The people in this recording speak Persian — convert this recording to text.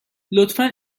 لطفا